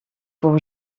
pour